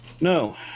No